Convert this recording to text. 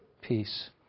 peace